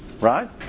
right